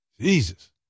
Jesus